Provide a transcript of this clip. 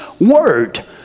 word